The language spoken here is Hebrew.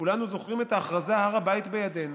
כולנו זוכרים את ההכרזה "הר הבית בידינו"